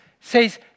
says